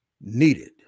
needed